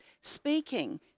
speaking